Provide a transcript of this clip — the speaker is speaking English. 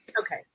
Okay